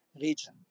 region